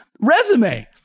resume